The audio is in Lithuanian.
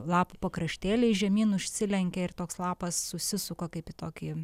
lapų pakraštėliai žemyn užsilenkia ir toks lapas susisuka kaip į tokį